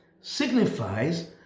signifies